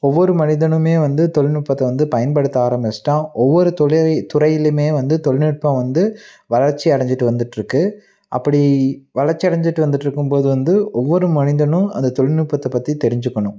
ஒவ்வொரு மனிதனுமே வந்து தொழில்நுட்பத்தை வந்து பயன்படுத்த ஆரம்பிச்சிவிட்டா ஒவ்வொரு துறையிலுமே வந்து தொழில்நுட்பம் வந்து வளர்ச்சி அடைஞ்சிட்டு வந்துட்டுருக்கு அப்படி வளர்ச்சி அடைஞ்சிட்டு வந்துட்டுருக்கும்போது வந்து ஒவ்வொரு மனிதனும் அந்த தொழில்நுட்பத்தை பற்றி தெரிஞ்சிக்கணும்